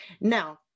now